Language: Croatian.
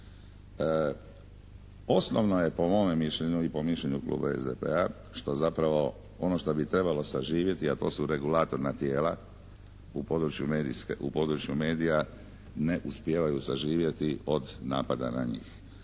Osnovno je po mome mišljenju i po mišljenju kluba SDP-a što zapravo ono šta bi trebalo saživjeti, a to su regulatorna tijela u području medija ne uspijevaju saživjeti od napada na njih.